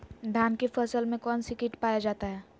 धान की फसल में कौन सी किट पाया जाता है?